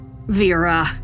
Vera